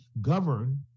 govern